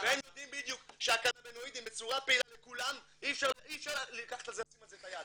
והם יודעים בדיוק שאי אפשר לשים את היד